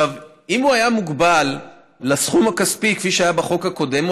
אם הוא היה מוגבל לסכום הכספי כפי שהיה בחוק הקודם,